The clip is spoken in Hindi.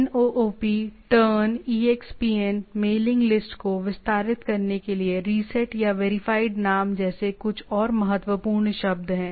NOOP TURN EXPN mailing list को विस्तारित करने के लिए रीसेट या वेरीफाइड नाम जैसे कुछ और महत्वपूर्ण शब्द हैं